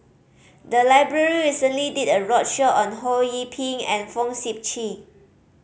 the library recently did a roadshow on Ho Yee Ping and Fong Sip Chee